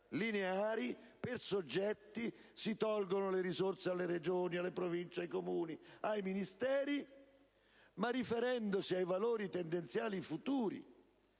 lineari, per soggetti, e si tolgono le risorse alle Regioni, alle Province ai Comuni, ai Ministeri, ma riferendosi ai valori tendenziali futuri.